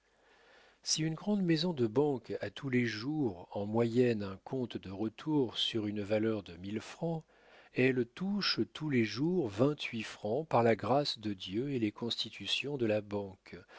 si une grande maison de banque a tous les jours en moyenne un compte de retour sur une valeur de mille francs elle touche tous les jours vingt-huit francs par la grâce de dieu et les constitutions de la banque